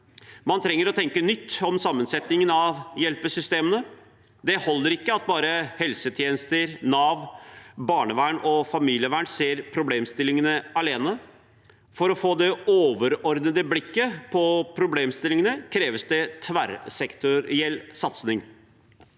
Man trenger å tenke nytt om sammensetningen av hjelpesystemene. Det holder ikke at bare helsetjenester, Nav, barnevern og familievern ser problemstillingene alene. For å få det overordnede blikket på problemstillingene kreves det en tverrsektoriell satsing.